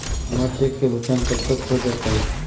हमर चेक के भुगतान कब तक हो जतई